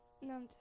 No